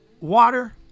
Water